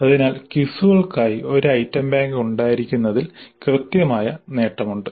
അതിനാൽ ക്വിസുകൾക്കായി ഒരു ഐറ്റം ബാങ്ക് ഉണ്ടായിരിക്കുന്നതിൽ കൃത്യമായ നേട്ടമുണ്ട്